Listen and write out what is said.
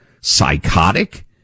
psychotic